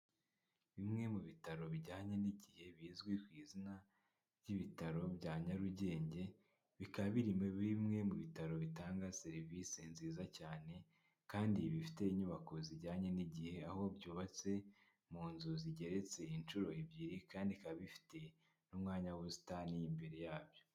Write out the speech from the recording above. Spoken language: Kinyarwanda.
Bimwe mu bitaro bijyanye n'igihe, bizwi ku izina ry'ibitaro bya Nyarugenge, bikaba biri muri bimwe mu bitaro bitanga serivisi nziza cyane kandi bifite inyubako zijyanye n'igihe, aho byubatse mu nzu zigeretse inshuro ebyiri kandi bikaba bifite n'umwanya w'ubusitani imbere yabyo